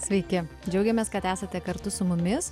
sveiki džiaugiamės kad esate kartu su mumis